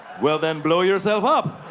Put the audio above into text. well, then blow yourself up.